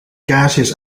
kaarsjes